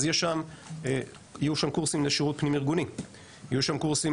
אז יש שם יהיו שם קורסים לשירות פנים ארגוני; יהיו שם קורסים